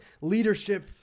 leadership